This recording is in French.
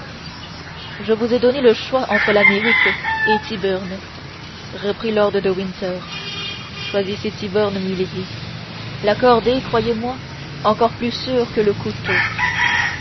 je vous ai donné le choix entre l'amérique et tyburn reprit lord de winter choisissez tyburn milady la corde est croyezmoi encore plus sûre que le couteau